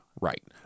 Right